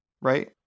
Right